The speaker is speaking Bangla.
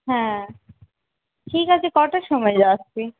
হ্যাঁ ঠিক আছে কটার সময় যাস তুই